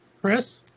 Chris